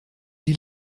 die